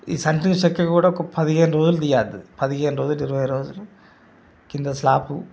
ఈ సెంటరింగ్ చెక్క కూడా ఒక పదిహేను రోజులు తీయద్దు పదిహేను రోజులు ఇరవై రోజులు కింద స్లాబ్